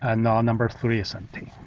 and now number three is empty.